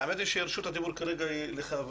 האמת שרשות הדיבור לך, חבר